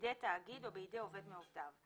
בידי התאגיד או בידי עובד מעובדיו.